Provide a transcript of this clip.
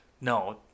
no